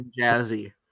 jazzy